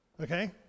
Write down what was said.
Okay